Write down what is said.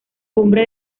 cumbre